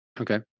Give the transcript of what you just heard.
Okay